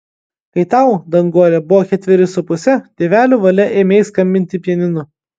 kai tau danguole buvo ketveri su puse tėvelių valia ėmei skambinti pianinu